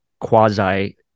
quasi